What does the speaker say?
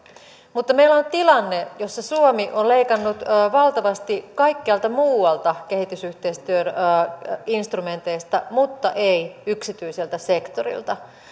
mutta meillä on tilanne jossa suomi on leikannut valtavasti kaikkialta muualta kehitysyhteistyöinstrumenteista mutta ei yksityiseltä sektorilta